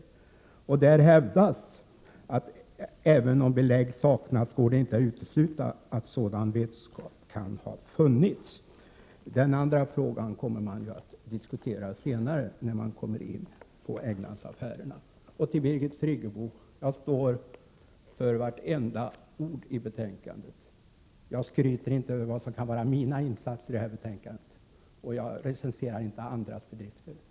I reservationen står det bl.a.: ”Även om belägg saknas går det inte att utesluta att sådan vetskap kan ha funnits.” Den andra frågan kommer vi ju att diskutera senare i samband med Englandsaffärerna. Till Birgit Friggebo: Jag står för vartenda ord i betänkandet. Jag skryter inte över vad som kan vara mina insatser i det här betänkandet och recenserar inte andras bedrifter.